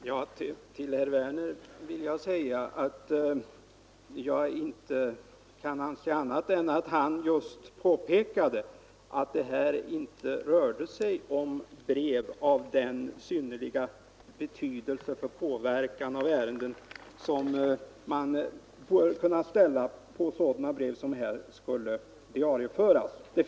Herr talman! Till herr Werner i Malmö vill jag säga att jag inte kan anse annat än att han just påpekade att det här inte rörde sig om brev som uppfyller de krav på synnerlig betydelse för påverkan av ärendet som man bör kunna ställa på brev som skall diarieföras.